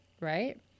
Right